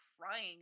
Crying